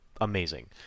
Amazing